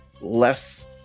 less